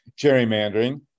gerrymandering